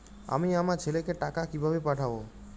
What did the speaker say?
আমি আমার ছেলেকে টাকা কিভাবে পাঠাব?